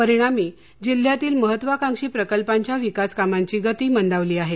परिणामी जिल्ह्यातील महत्त्वाकांक्षी प्रकल्पांच्या विकास कामांची गती मंदावली आहे